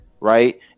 right